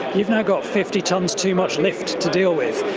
you've now got fifty tonnes too much lift to deal with.